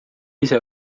ise